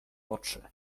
oczy